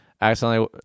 accidentally